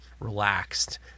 Relaxed